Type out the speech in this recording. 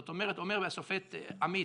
זאת אומרת, אומר השופט עמית: